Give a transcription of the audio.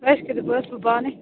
ٲش کٔرِتھ بہٕ حَظ سُوٕ پانے